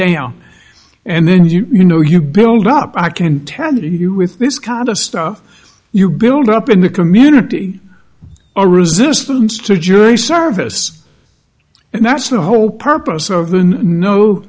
down and then you know you build up i can tell you with this kind of stuff you build up in the community a resistance to jury service and that's the whole purpose of than no